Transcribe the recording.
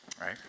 right